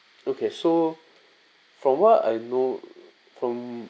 okay so from what I know from